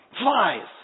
flies